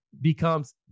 becomes